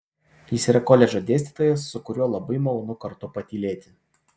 jis yra koledžo dėstytojas su kuriuo labai malonu kartu patylėti